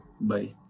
Bye